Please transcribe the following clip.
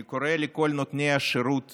אני קורא לכל נותני השירות